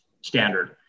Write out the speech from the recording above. standard